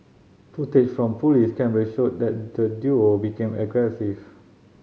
footage from police cameras showed that the duo became aggressive